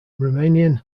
romanian